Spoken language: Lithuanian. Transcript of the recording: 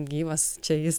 gyvas čia jis